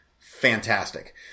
Fantastic